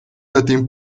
latin